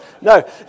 No